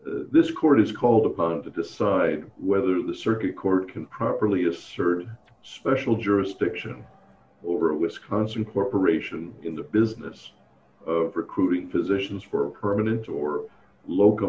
this court is called upon to decide whether the circuit court can properly assert special jurisdiction over a wisconsin corporation in the business of recruiting physicians for permanent or loc